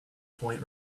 point